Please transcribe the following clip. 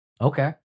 Okay